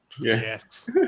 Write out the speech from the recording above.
Yes